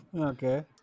Okay